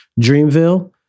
Dreamville